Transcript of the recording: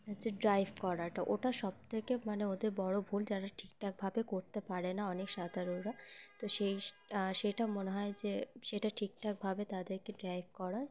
হচ্ছে ডাইভ করাটা ওটা সবথেকে মানে ওদের বড়ো ভুল যারা ঠিকঠাকভাবে করতে পারে না অনেক সাধারণরা তো সেই সেটা মনে হয় যে সেটা ঠিকঠাকভাবে তাদেরকে ডাইভ করা